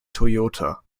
toyota